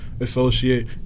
associate